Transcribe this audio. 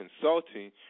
consulting